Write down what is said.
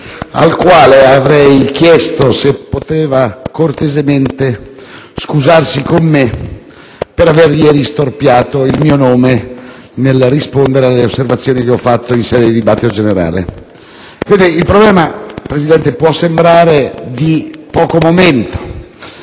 al quale avrei chiesto se poteva cortesemente scusarsi con me per aver ieri storpiato il mio nome nel rispondere alle osservazioni che ho fatto in sede di dibattito generale. Signor Presidente, il problema può sembrare di poco momento,